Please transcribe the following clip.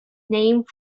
name